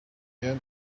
yet